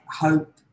hope